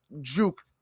juke